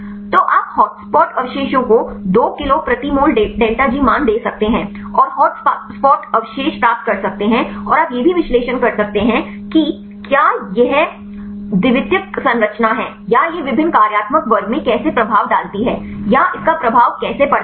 तो आप हॉटस्पॉट अवशेषों को 2 किलो प्रति मोल डेल्टा जी मान दे सकते हैं और हॉट स्पॉट अवशेष प्राप्त कर सकते हैं और आप यह भी विश्लेषण कर सकते हैं कि क्या यह द्वितीयक संरचना है या यह विभिन्न कार्यात्मक वर्ग में कैसे प्रभाव डालती है या इसका प्रभाव कैसे पड़ता है